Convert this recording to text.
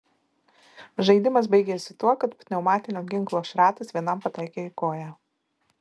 žaidimas baigėsi tuo kad pneumatinio ginklo šratas vienam pataikė į koją